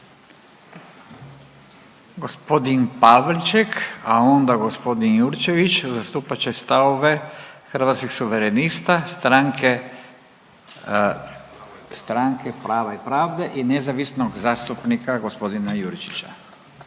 Gospodin Pavliček, a onda gospodin Jurčević, zastupat će stavove Hrvatskih suverenita, stranke, stranke Prava i pravde i nezavisnog zastupnika gospodina Juričića.